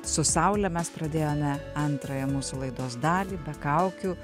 su saule mes pradėjome antrąją mūsų laidos dalį be kaukių